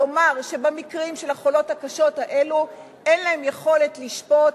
לומר שבמקרים של החולות הקשות האלה אין להן יכולת לשפוט,